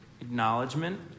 acknowledgement